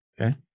Okay